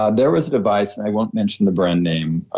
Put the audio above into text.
ah there was a device, and i won't mention the brand name,